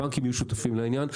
הבנקים יהיו שותפים לעניין,